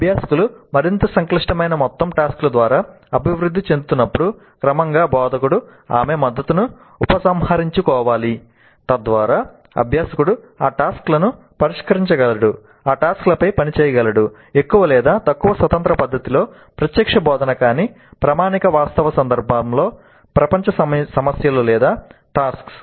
అభ్యాసకులు మరింత సంక్లిష్టమైన మొత్తం టాస్క్ ల ద్వారా అభివృద్ధి చెందుతున్నప్పుడు క్రమంగా బోధకుడు ఆమె మద్దతును ఉపసంహరించుకోవాలి తద్వారా అభ్యాసకుడు ఆ టాస్క్ లను పరిష్కరించగలడు ఆ టాస్క్ లపై పని చేయగలడు ఎక్కువ లేదా తక్కువ స్వతంత్ర పద్ధతిలో ప్రత్యక్ష బోధన కానీ ప్రామాణికమైన వాస్తవ సందర్భంలో ప్రపంచ సమస్యలు లేదా టాస్క్స్